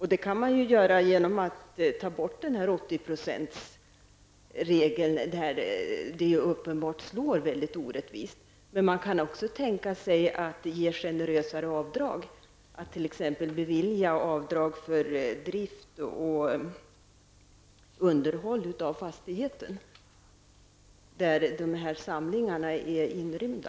Detta kan man göra genom att ta bort 80-procentsregeln, eftersom den uppenbart slår väldigt orättvist. Man kan också tänka sig att ge generösare avdragsmöjligheter och t.ex. bevilja avdrag för drift och underhåll av den fastighet där de här samlingarna är inrymda.